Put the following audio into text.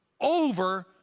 over